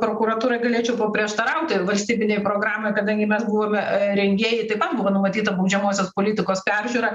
prokuratūrai galėčiau paprieštarauti valstybinėj programoj kadangi mes buvome rengėjai taip pat buvo numatyta baudžiamosios politikos peržiūra